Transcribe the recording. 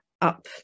up